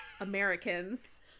americans